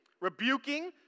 rebuking